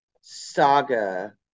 saga